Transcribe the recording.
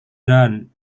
done